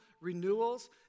renewals